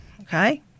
Okay